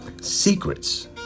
secrets